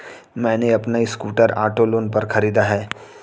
मैने अपना scooter auto loan पर खरीदा है